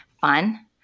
fun